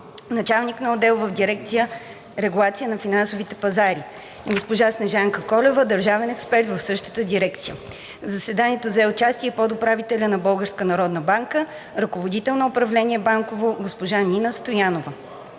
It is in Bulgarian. началник на отдел в дирекция „Регулация на финансовите пазари“, и госпожа Снежанка Колева – държавен експерт в същата дирекция. В заседанието взе участие и подуправителят на Българската народна банка, ръководител на управление „Банково“, госпожа Нина Стоянова.